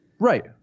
Right